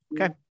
Okay